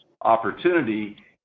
opportunity